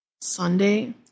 Sunday